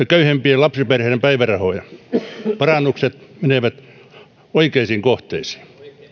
köyhimpien lapsiperheiden päivärahoja parannukset menevät oikeisiin kohteisiin